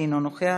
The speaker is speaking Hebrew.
אינו נוכח,